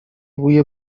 بوی